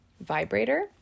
vibrator